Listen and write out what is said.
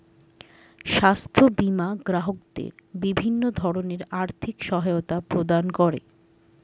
স্বাস্থ্য বীমা গ্রাহকদের বিভিন্ন ধরনের আর্থিক সহায়তা প্রদান করে